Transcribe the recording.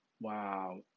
Wow